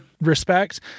respect